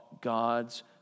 God's